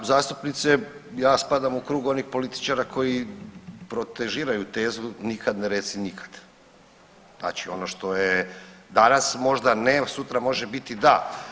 Uvažena zastupnice, ja spadam u krug onih političara koji protežiraju tezu „nikad ne reci nikad“, znači ono što je danas možda ne, sutra može biti da.